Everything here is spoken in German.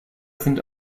sind